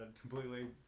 Completely